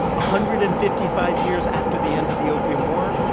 a hundred and fifty-five years after the end of the opium war,